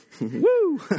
woo